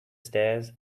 stairs